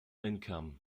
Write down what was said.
income